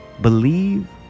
believe